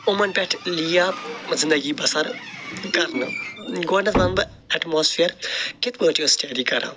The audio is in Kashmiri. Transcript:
یِمن پٮ۪ٹھ لِیا زندگی بسر کرنہٕ گۄڈنٮ۪تھ وَنہٕ بہٕ اٮ۪ٹماسفیر کِتھ پٲٹھۍ چھِ أسۍ سِٹیٚڈی کَران